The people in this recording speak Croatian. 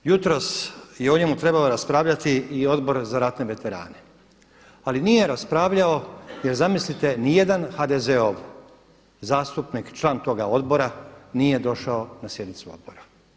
Jutros je o njemu trebao raspravljati i Odbor za ratne veterane ali nije raspravljao jer zamislite ni jedan HDZ-ov zastupnik, član toga odbora nije došao na sjednicu odbora.